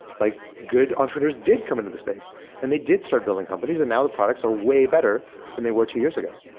like good entrepreneurs did come into this space and they did start building companies, and now the products are way better than they were two years ago.